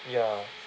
ya